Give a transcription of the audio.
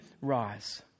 rise